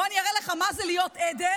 בוא אני אראה לך מה זה להיות עדר.